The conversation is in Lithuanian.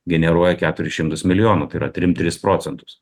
generuoja keturis šimtus milijonų tai yra trim tris procentus